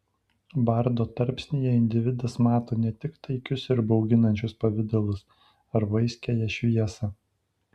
bardo tarpsnyje individas mato ne tik taikius ir bauginančius pavidalus ar vaiskiąją šviesą